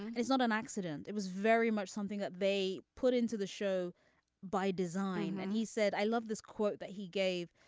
it's not an accident. it was very much something that they put into the show by design. and he said i love this quote that he gave.